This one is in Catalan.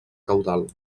caudal